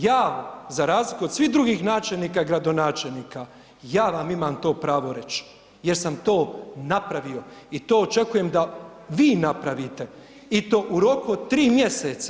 Ja za razliku od svih drugih načelnika i gradonačelnika, ja vam imam to pravo reć jer sam to napravio i to očekujem da vi napravite i to u roku od 3 mjeseca.